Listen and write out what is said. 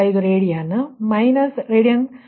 015 radian 0